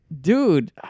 Dude